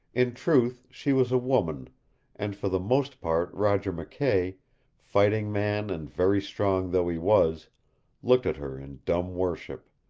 in truth she was a woman and for the most part roger mckay fighting man and very strong though he was looked at her in dumb worship,